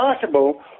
possible